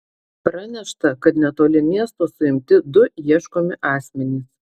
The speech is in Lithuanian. pranešta kad netoli miesto suimti du ieškomi asmenys